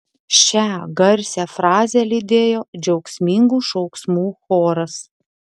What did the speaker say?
šią garsią frazę lydėjo džiaugsmingų šauksmų choras